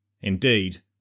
indeed